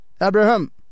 Abraham